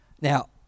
now